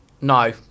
No